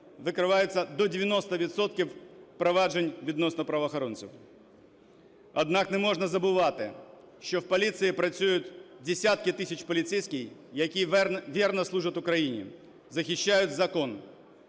відкривається до 90 відсотків проваджень відносно правоохоронців. Однак не можна забувати, що в поліції працюють десятки тисяч поліцейських, які вірно служать Україні, захищають закон,